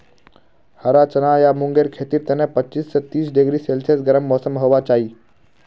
हरा चना या मूंगेर खेतीर तने पच्चीस स तीस डिग्री सेल्सियस गर्म मौसम होबा चाई